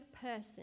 person